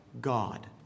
God